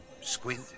squint